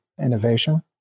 innovation